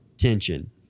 tension